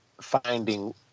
finding